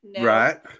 right